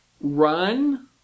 Run